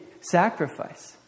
sacrifice